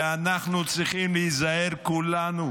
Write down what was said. ואנחנו צריכים להיזהר כולנו